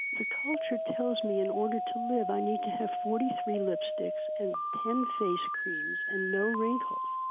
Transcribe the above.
the culture tells me in order to live, i need to have forty three lipsticks and ten face creams and no wrinkles,